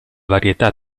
varietà